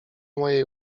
mojej